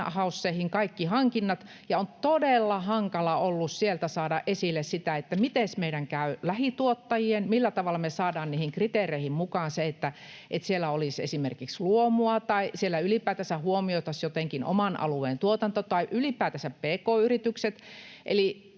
in-houseihin kaikki hankinnat, ja on todella hankala ollut saada esille sitä, miten käy meidän lähituottajien, millä tavalla me saadaan niihin kriteereihin mukaan se, että siellä olisi esimerkiksi luomua tai siellä ylipäätänsä huomioitaisiin jotenkin oman alueen tuotanto tai ylipäätänsä pk-yritykset.